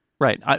Right